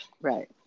right